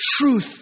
truth